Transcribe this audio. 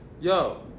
Yo